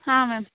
ಹಾಂ ಮ್ಯಾಮ್